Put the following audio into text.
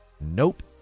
nope